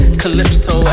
calypso